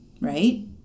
Right